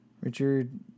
Richard